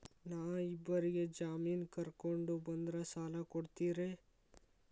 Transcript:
ನಾ ಇಬ್ಬರಿಗೆ ಜಾಮಿನ್ ಕರ್ಕೊಂಡ್ ಬಂದ್ರ ಸಾಲ ಕೊಡ್ತೇರಿ?